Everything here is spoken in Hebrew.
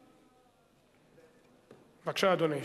בבקשה, אדוני.